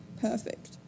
perfect